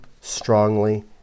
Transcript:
strongly